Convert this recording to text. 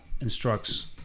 instructs